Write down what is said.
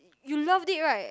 you loved it right